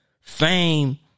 Fame